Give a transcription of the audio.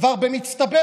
זאת הבעיה